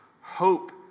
Hope